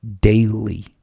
daily